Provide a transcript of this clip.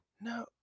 no